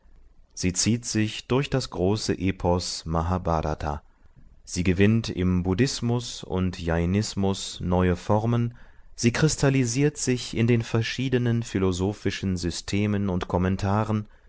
sie zieht sich durch das große epos mahbhrata sie gewinnt im buddhismus und jainismus neue formen sie kristallisiert sich in den verschiedenen philosophischen systemen und kommentaren